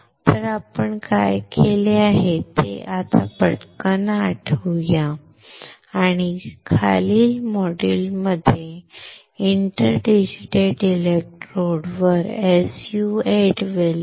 तर आपण काय केले आहे ते आपण पटकन आठवू या आणि आपण खालील मॉड्यूल्समध्ये या इंटरडिजिटल इलेक्ट्रोडवर SU 8 वेल पाहू